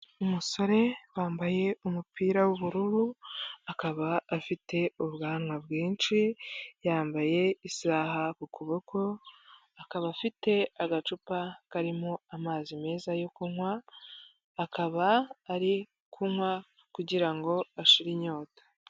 Umusore wambaye umupira w'ubururu, akaba afite ubwanwa bwinshi, yambaye isaha ku kuboko, akaba afite agacupa karimo amazi meza yo kunywa, akaba ari kunywa kugira ngo ashire inyota.